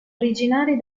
originari